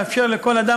לאפשר לכל אדם,